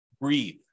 Breathe